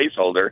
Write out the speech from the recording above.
placeholder